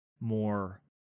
more